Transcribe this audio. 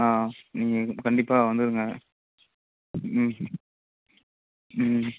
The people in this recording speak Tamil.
ஆஆ நீங்கள் கண்டிப்பாக வந்துருங்க ம் ம்ம்